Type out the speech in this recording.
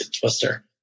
twister